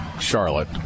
Charlotte